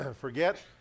forget